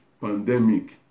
pandemic